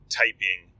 typing